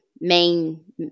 main